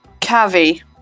Cavi